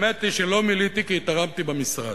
האמת היא שלא מילאתי, כי תרמתי במשרד.